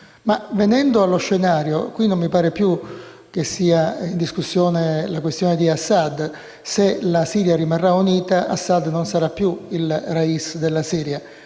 Ma venendo allo scenario, non mi pare che sia più in discussione la questione di Assad. Se la Siria rimarrà unita, Assad non sarà più il *rais* della Siria.